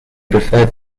preferred